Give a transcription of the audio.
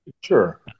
sure